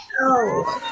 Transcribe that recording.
No